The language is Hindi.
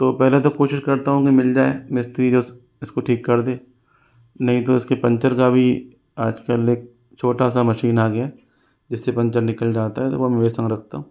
तो पहले तो कोशिश करता हूँ के मिल जाए मिस्त्री जो इसको ठीक कर दे नहीं तो इसके पंचर का भी आजकल एक छोटा सा मशीन आ गया है जिससे पंचर निकल जाता है तो वह मेरे संग रखता हूँ